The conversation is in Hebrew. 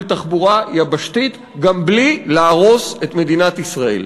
תחבורה יבשתית גם בלי להרוס את מדינת ישראל,